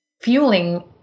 fueling